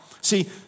See